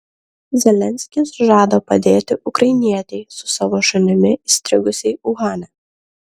zelenskis žada padėti ukrainietei su savo šunimi įstrigusiai uhane